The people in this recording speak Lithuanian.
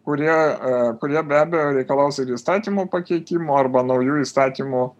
kurie kurie be abejo reikalaus ir įstatymų pakeitimų arba naujų įstatymų